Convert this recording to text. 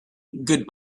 good